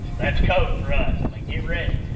that's code for us. i mean get ready.